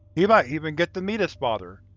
he might even get to meet his father,